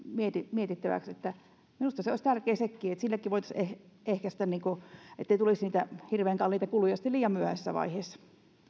mietittäväksi minusta se olisi tärkeää että silläkin voitaisiin ehkäistä ettei tulisi niitä hirveän kalliita kuluja sitten liian myöhäisessä vaiheessa